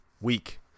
week